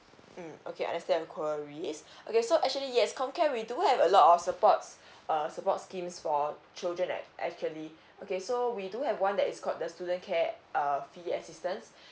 mm okay understand your queries okay so actually yes comcare we do have a lot of supports uh support schemes for children ac~ actually okay so we do have one that is called the student care err fee assistance